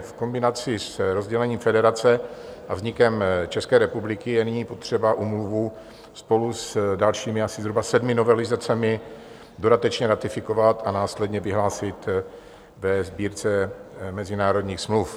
V kombinaci s rozdělením federace a vznikem České republiky je nyní potřeba úmluvu spolu s dalšími asi zhruba sedmi novelizacemi dodatečně ratifikovat a následně vyhlásit ve Sbírce mezinárodních smluv.